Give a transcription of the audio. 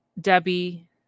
debbie